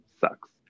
sucks